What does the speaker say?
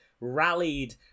rallied